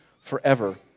forever